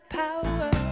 power